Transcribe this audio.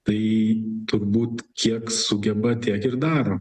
tai turbūt kiek sugeba tiek ir daro